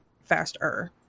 faster